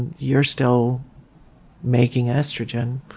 you're still making estrogen.